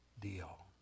deal